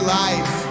life